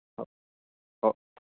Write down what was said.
हो हो